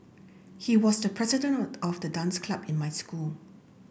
he was the president of the dance club in my school